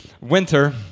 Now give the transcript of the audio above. winter